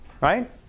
right